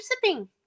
sipping